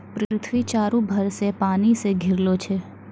पृथ्वी चारु भर से पानी से घिरलो छै